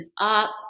up